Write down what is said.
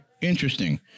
Interesting